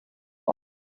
one